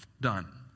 done